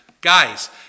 guys